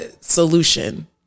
solution